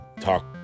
talk